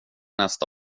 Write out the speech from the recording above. nästa